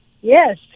Yes